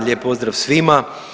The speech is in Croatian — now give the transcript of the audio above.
Lijep pozdrav svima.